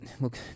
look